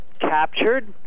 captured